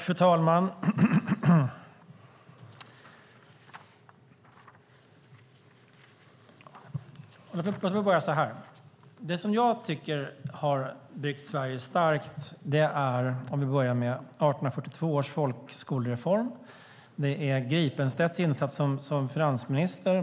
Fru talman! Låt mig börja så här. Det som jag tycker har byggt Sverige starkt är 1842 års folkskolereform och Gripenstedts insats som finansminister.